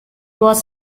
was